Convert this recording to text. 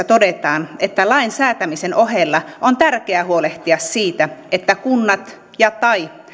todetaan että lain säätämisen ohella on tärkeää huolehtia siitä että kunnat ja tai